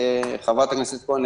חברת הכנסת כהן,